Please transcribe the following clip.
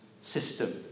system